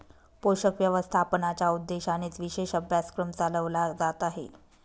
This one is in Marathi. पोषक व्यवस्थापनाच्या उद्देशानेच विशेष अभ्यासक्रम चालवला जात आहे